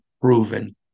proven